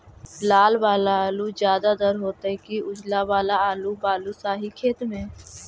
लाल वाला आलू ज्यादा दर होतै कि उजला वाला आलू बालुसाही खेत में?